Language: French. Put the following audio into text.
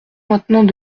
maintenant